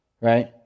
Right